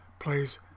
plays